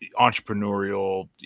entrepreneurial